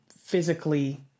physically